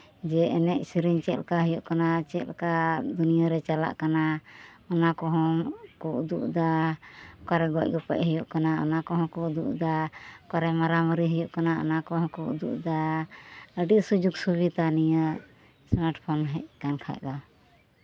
ᱡᱮ ᱮᱱᱮᱡ ᱥᱮᱨᱮᱧ ᱪᱮᱫ ᱞᱮᱠᱟ ᱦᱩᱭᱩᱜ ᱠᱟᱱᱟ ᱪᱮᱫ ᱞᱮᱠᱟ ᱫᱩᱱᱭᱟᱹ ᱨᱮ ᱪᱟᱞᱟᱜ ᱠᱟᱱᱟ ᱚᱱᱟ ᱠᱚᱦᱚᱸ ᱠᱚ ᱩᱫᱩᱜ ᱮᱫᱟ ᱚᱠᱟᱨᱮ ᱜᱚᱡ ᱜᱚᱯᱚᱡ ᱦᱩᱭᱩᱜ ᱠᱟᱱᱟ ᱚᱱᱟ ᱠᱚᱦᱚᱸ ᱠᱚ ᱩᱫᱩᱜ ᱮᱫᱟ ᱚᱠᱟᱨᱮ ᱢᱟᱨᱟ ᱢᱟᱨᱤ ᱦᱩᱭᱩᱜ ᱠᱟᱱᱟ ᱚᱱᱟ ᱠᱚᱦᱚᱸ ᱠᱚ ᱩᱫᱩᱜ ᱮᱫᱟ ᱟᱹᱰᱤ ᱥᱩᱡᱳᱜᱽ ᱥᱩᱵᱤᱫᱷᱟ ᱱᱤᱭᱟᱹ ᱥᱢᱟᱨᱴ ᱯᱷᱳᱱ ᱦᱮᱡ ᱟᱠᱟᱱ ᱠᱷᱟᱡ ᱫᱚ